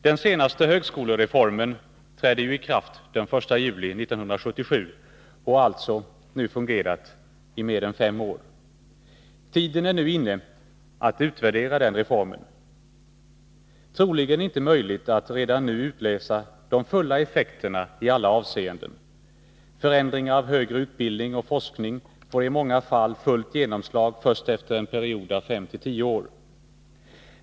Den senaste högskolereformen trädde i kraft den 1 juli 1977 och har alltså fungerat i mer än fem år. Tiden är nu inne att utvärdera den reformen. Troligen är det inte möjligt att redan nu utläsa de fulla effekterna i alla avseenden. Förändringar av högre utbildning och forskning får i många fall fullt genomslag först efter en period av fem tio år.